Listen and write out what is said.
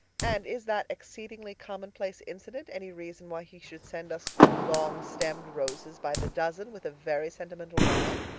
and is that exceedingly commonplace incident any reason why he should send us longstemmed roses by the dozen, with a very sentimental rhyme?